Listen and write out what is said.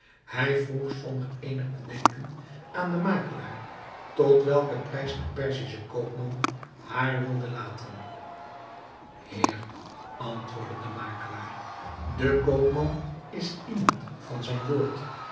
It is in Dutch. hij vroeg zonder eenig bedenken aan den makelaar tot welken prijs de perzische koopman haar wilde laten heer antwoordde de makelaar de koopman is iemand van zijn woord